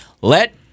let